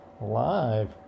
live